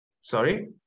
Sorry